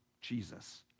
Jesus